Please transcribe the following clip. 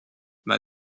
m’a